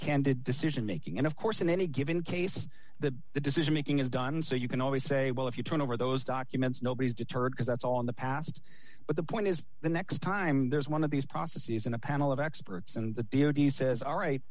candid decision making and of course in any given case the the decision making is done so you can always say well if you turn over those documents nobody's deterred because that's all in the past but the point is the next time there's one of these processes in a panel of experts and the d o d says all right